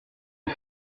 les